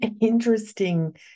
Interesting